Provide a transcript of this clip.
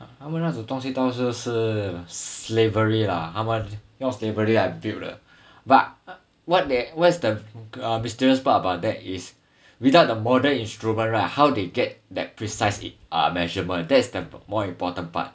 他们那种东西大多数是 slavery lah 他们用 slavery 来 build 的 but what the where's the mysterious part about that is without the model instrument right how they get that precise it uh measured that's more important part